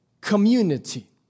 community